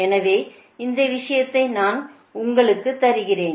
எனவே இந்த விஷயத்தை நான் உங்களுக்கு தருகிறேன்